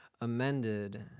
amended